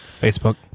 Facebook